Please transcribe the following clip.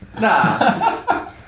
Nah